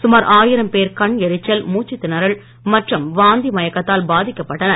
சுமார் ஆயிரம் பேர் கண் எரிச்சல் மூச்சுத் திணறல் மற்றும் வாந்தி மயக்கத்தால் பாதிக்கப்பட்டனர்